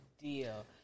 deal